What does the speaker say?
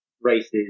races